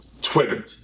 Twitter